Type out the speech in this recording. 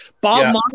Bob